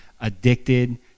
addicted